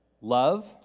love